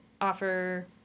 offer